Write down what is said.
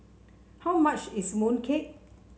how much is mooncake